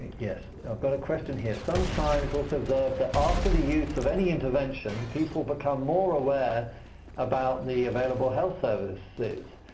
yes, i've got a question here. sometimes it's observed that after the use of any intervention people become more aware about the available health services,